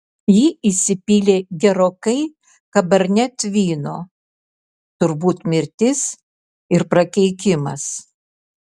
ji įsipylė gerokai cabernet vyno turbūt mirtis ir prakeikimas